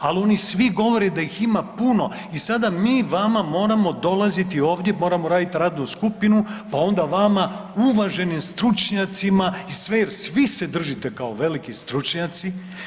Ali oni svi govore da ih ima puno i sada mi vama moramo dolaziti ovdje, moramo raditi radnu skupinu, pa onda vama uvaženim stručnjacima jer svi se držite kao veliki stručnjaci.